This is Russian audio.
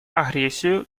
агрессию